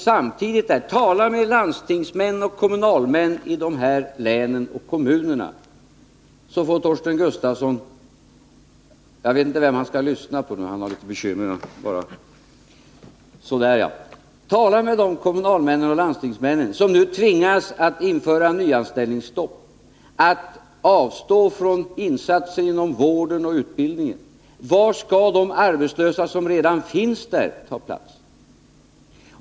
Jag uppmanar Torsten Gustafsson att tala med landstingsmän och kommunalmän i dessa län och kommuner som nu tvingas att införa nyanställningsstopp och avstå från insatser inom vårdoch utbildningssektorn. Vart skall de arbetslösa som redan finns ta vägen?